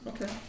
Okay